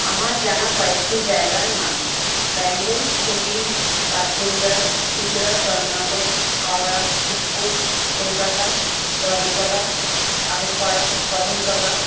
আমার জানা কয়েকটি জায়গার নাম ব্যান্ডেল হুগলি বাঁশবেড়িয়া চুচড়া চন্দ্রনগর হাওড়া শিবপুর কলকাতা ধর্মতলা আগরপাড়া কদমতলা